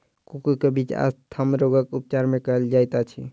cocoa के बीज asthma रोगक उपचार मे कयल जाइत अछि